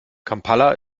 kampala